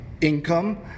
income